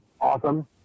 awesome